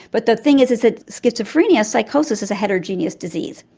but the thing is is that schizophrenia, psychosis is a heterogeneous disease.